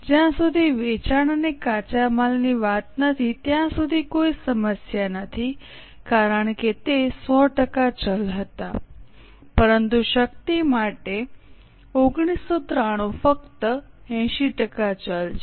જ્યાં સુધી વેચાણ અને કાચા માલની વાત નથી ત્યાં સુધી કોઈ સમસ્યા નથી કારણ કે તે 100 ટકા ચલ હતા પરંતુ શક્તિ માટે 1993 ફક્ત 80 ટકા ચલ છે